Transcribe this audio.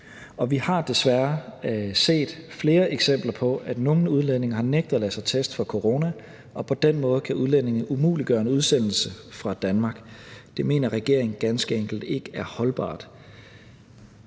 Vi har desværre set flere eksempler på, at nogle udlændinge har nægtet at lade sig teste for corona, og på den måde kan udlændingen umuliggøre en udsendelse fra Danmark. Det mener regeringen ganske enkelt ikke er holdbart.